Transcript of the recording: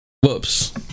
Whoops